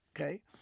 okay